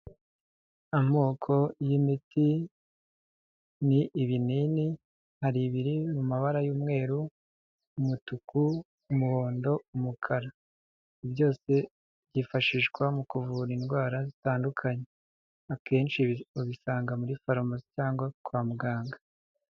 Amoko y'imiti ni ibinini. Hari ibiri mu mabara y'umweru, umutuku, umuhondo, umukara. Byose byifashishwa mu kuvura indwara zitandukanye. Akenshi uzisanga muri farumasi cyangwa kwa muganga.